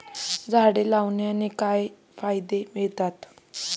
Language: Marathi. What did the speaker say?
झाडे लावण्याने काय फायदे मिळतात?